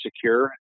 secure